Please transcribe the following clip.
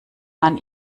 man